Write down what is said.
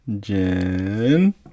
Jen